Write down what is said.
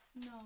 No